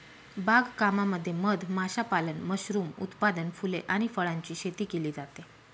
बाग कामामध्ये मध माशापालन, मशरूम उत्पादन, फुले आणि फळांची शेती केली जाते